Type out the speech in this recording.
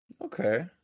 Okay